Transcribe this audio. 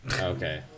Okay